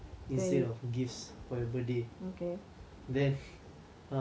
then err you were riding err father's van